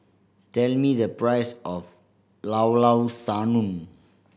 tell me the price of Llao Llao Sanum